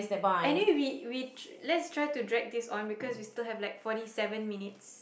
any we we let's try to drag this on because we still have like forty seven minutes